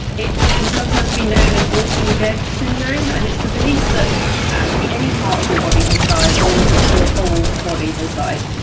it can sometimes be known as walking dead syndrome, and it's the belief that actually any part of your body has died, or that your whole body has died.